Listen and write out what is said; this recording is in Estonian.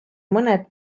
mõned